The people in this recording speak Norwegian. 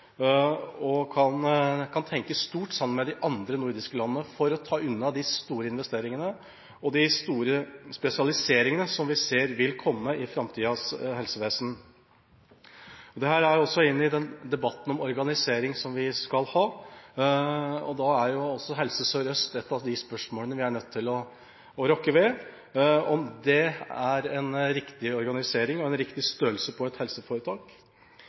og som kan tenke stort sammen med de andre nordiske landene for å ta unna de store investeringene og de store spesialiseringene som vi ser vil komme i framtidas helsevesen. Dette gjelder også i debatten om organisering som vi skal ha, og da er spørsmålet om Helse Sør-Øst er noe av det vi er nødt til å rokke ved – om det er en riktig organisering og en riktig størrelse på et regionalt helseforetak.